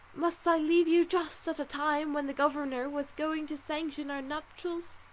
must i leave you just at a time when the governor was going to sanction our nuptials?